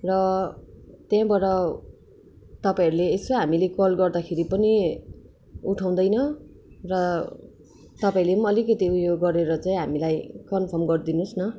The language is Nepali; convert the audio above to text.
र त्यहाँबाट तपाईँहरूले यसो हामीले कल गर्दा पनि उठाउँदैन र तपाईँले पनि अलिकति उयो गरेर चाहिँ हामीलाई कन्फर्म गरिदिनुहोस् न